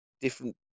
different